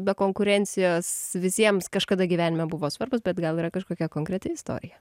be konkurencijos visiems kažkada gyvenime buvo svarbūs bet gal yra kažkokia konkreti istorija